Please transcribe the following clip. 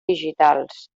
digitals